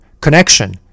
connection